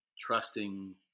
trusting